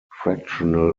fractional